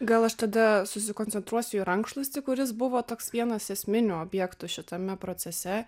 gal aš tada susikoncentruosiu į rankšluostį kuris buvo toks vienas esminių objektų šitame procese